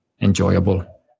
enjoyable